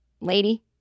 lady